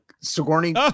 sigourney